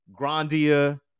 Grandia